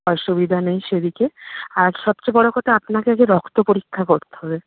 অসুবিধা নেই সেদিকে আর সবচেয়ে বড়ো কথা আপনাকে যে রক্ত পরীক্ষা করতে হবে